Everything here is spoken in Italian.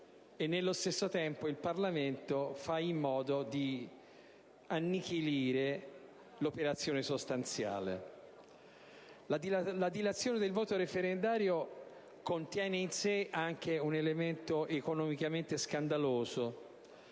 nello stesso tempo, il Parlamento fa in modo di annichilire l'operazione sostanziale. La dilazione del voto referendario contiene in sé anche un elemento economicamente scandaloso,